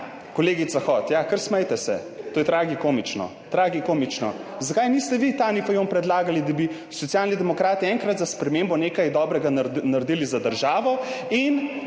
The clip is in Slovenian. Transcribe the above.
Kolegica Hot, ja, kar smejte se, to je tragikomično. Tragikomično. Zakaj niste vi Tanji Fajon predlagali, da bi Socialni demokrati enkrat za spremembo nekaj dobrega naredili za državo in